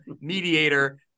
mediator